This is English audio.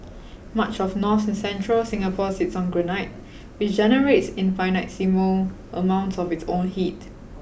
much of north and central Singapore sits on granite which generates infinitesimal amounts of its own heat